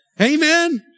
Amen